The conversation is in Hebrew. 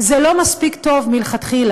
זה לא מספיק טוב מלכתחילה.